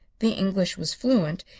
the english was fluent,